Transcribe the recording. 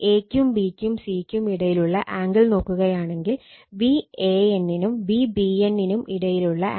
ഇനി a ക്കും b ക്കും c ക്കും ഇടയിലുള്ള ആംഗിൾ നോക്കുകയാണെങ്കിൽ Van നും Vbn നും ഇടയിലുള്ള ആംഗിൾ 120o ആണ്